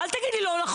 אל תגיד לי לא נכון,